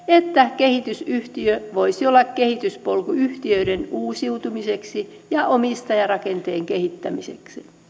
että kehitysyhtiö voisi olla kehityspolku yhtiöiden uusiutumiseksi ja omistajarakenteen kehittämiseksi